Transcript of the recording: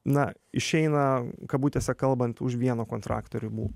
na išeina kabutėse kalbant už vieno kontrakto ribų